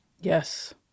yes